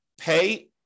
pay